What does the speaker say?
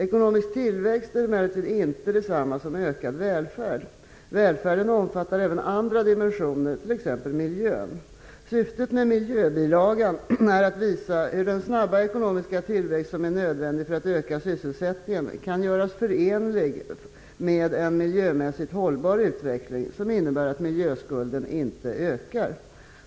Ekonomisk tillväxt är emellertid inte detsamma som ökad välfärd. Välfärden omfattar även andra dimensioner, t.ex. miljön. Syftet med miljöbilagan är att visa hur den snabba ekonomiska tillväxt som är nödvändig för att öka sysselsättningen kan göras förenlig med en miljömässigt hållbar utveckling som innebär att miljöskulden inte ökar.